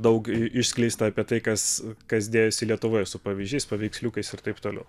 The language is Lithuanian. daug išskleista apie tai kas kas dėjosi lietuvoje su pavyzdžiais paveiksliukais ir taip toliau